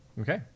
Okay